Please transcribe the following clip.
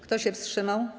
Kto się wstrzymał?